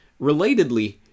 Relatedly